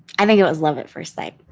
and yeah was love at first sight.